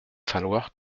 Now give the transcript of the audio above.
falloir